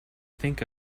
think